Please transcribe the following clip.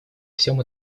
всем